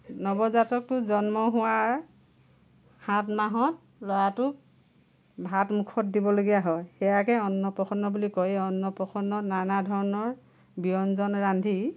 নৱজাতকটো জন্ম হোৱাৰ সাত মাহত ল'ৰাটো ভাত মুখত দিবলগীয়া হয় সেয়াকে অন্নপ্ৰশন্ন বুলি কয় এই অন্নপ্ৰশন্ন নানা ধৰণৰ ব্যঞ্জন ৰান্ধি